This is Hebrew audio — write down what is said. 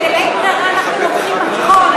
ובאין ברירה אנחנו לוקחים הכול,